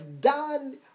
done